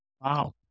Wow